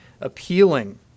appealing